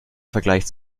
vergleich